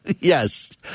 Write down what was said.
Yes